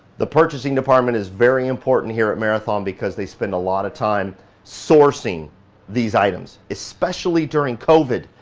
the purchasing department is very important here at marathon because they spend a lot of time sourcing these items especially during covid.